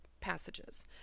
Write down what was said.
passages